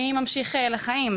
מי ממשיך לחיים.